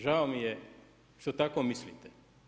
Žao mi je što tako mislite.